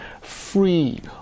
free